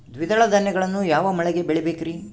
ದ್ವಿದಳ ಧಾನ್ಯಗಳನ್ನು ಯಾವ ಮಳೆಗೆ ಬೆಳಿಬೇಕ್ರಿ?